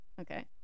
Okay